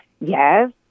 Yes